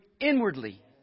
inwardly